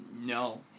no